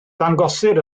dangosir